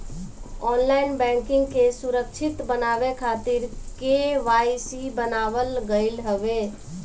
online banking के सुरक्षित बनावे खातिर के.वाई.सी बनावल गईल हवे